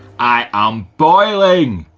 i am boiling.